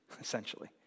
essentially